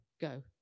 go